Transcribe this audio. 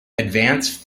advance